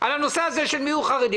העבודה בוועדה מאוד פרודוקטיבית וחשובה,